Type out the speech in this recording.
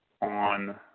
on